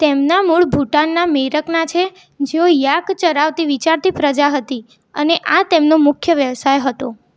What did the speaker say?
તેમના મૂળ ભૂટાનના મેરકના છે જેઓ યાક ચરાવતી વિચરતી પ્રજા હતી અને આ તેમનો મુખ્ય વ્યવસાય હતો